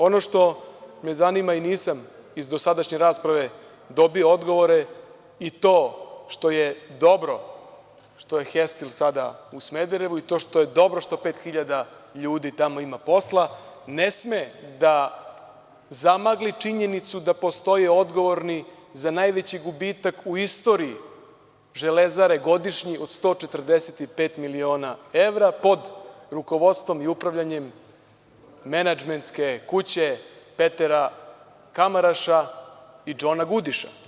Ono što me zanima i nisam iz dosadašnje rasprave dobio odgovore i to što je dobro što je „Hestil“ sada u Smederevu i to što je dobro što pet hiljada ljudi tamo ima posla, ne sme da zamagli činjenicu da postoje odgovorni za najveći gubitak u istoriji „Železare“ godišnji od 145 miliona evra pod rukovodstvom i upravljanjem menadžmentske kuće Petera Kamaraša i Džona Gudiša.